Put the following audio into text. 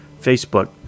Facebook